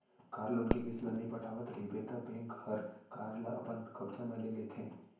car loan के किस्त ल नइ पटावत रइबे त बेंक हर कार ल अपन कब्जा म ले लेथे